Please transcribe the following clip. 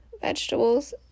vegetables